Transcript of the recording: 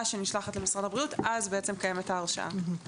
אתם הוספתם סעיף ב-(ג),